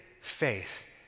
faith